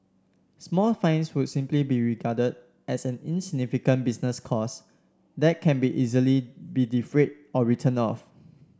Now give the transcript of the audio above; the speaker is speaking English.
small fines would simply be regarded as an insignificant business cost that can be easily be defrayed or written off